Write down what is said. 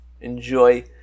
Enjoy